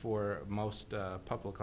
for most public